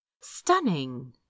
Stunning